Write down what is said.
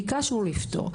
ביקשנו לפתור.